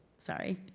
sorry,